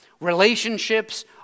relationships